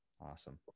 awesome